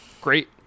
great